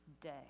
day